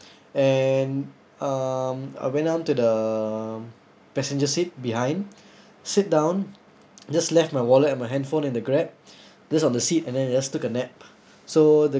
and um I went on to the passenger seat behind sit down just left my wallet and my handphone in the grab just on the seat and then just took a nap so the